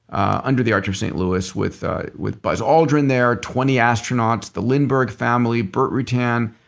ah under the arch of st. louis with ah with buzz aldrin there, twenty astronauts, the lindbergh family, burt rutan,